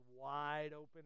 wide-open